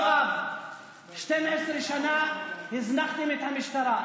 יואב, 12 שנה הזנחתם את המשטרה.